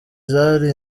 zari